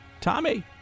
Tommy